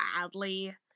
Badly